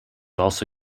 also